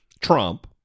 Trump